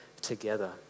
together